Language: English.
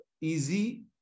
easy